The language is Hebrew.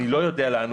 נכון.